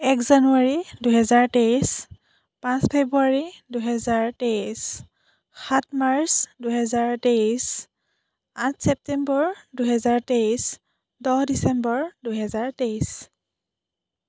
এক জানুৱাৰী দুই হেজাৰ তেইছ পাঁচ ফেব্ৰুৱাৰি দুই হেজাৰ তেইছ সাত মাৰ্চ দুই হেজাৰ তেইছ আঠ ছেপ্তেম্বৰ দুই হেজাৰ তেইছ দহ ডিচেম্বৰ দুই হেজাৰ তেইছ